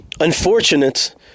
unfortunate